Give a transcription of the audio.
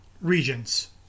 regions